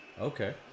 Okay